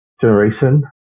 generation